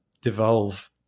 devolve